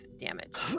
damage